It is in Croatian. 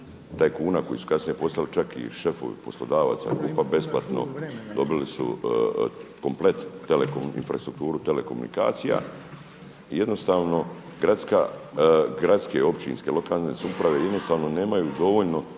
tajkuna koji su kasnije postali čak i šefovi poslodavaca, …/Govornik se ne razumije./… besplatno dobili su komplet infrastrukturu telekomunikacija. I jednostavno gradske, općinske, lokalne samouprave jednostavno nemaju dovoljno